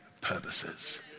purposes